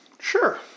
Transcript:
Sure